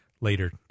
later